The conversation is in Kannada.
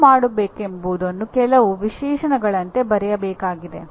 ಏನು ಮಾಡಬೇಕೆಂಬುದನ್ನು ಕೆಲವು ವಿಶೇಷಣಗಳಂತೆ ಬರೆಯಬೇಕಾಗಿದೆ